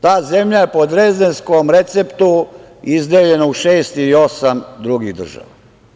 Ta zemlja je po drezdenskom receptu izdeljena u šest ili osam drugih država.